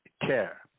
care